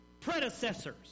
predecessors